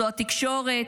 זו התקשורת.